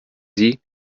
sie